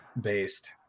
based